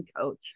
coach